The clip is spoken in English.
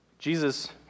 Jesus